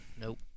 Nope